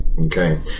Okay